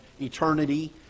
eternity